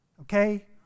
Okay